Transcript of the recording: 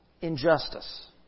injustice